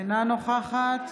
אינה נוכחת